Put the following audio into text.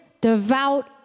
devout